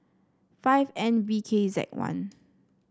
five N B K Z one